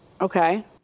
Okay